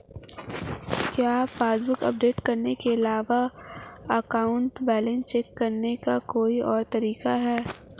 क्या passbook update करने के अलावा अकाउंट बैलेंस चेक करने का कोई और तरीका है?